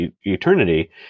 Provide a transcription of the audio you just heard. eternity